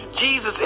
Jesus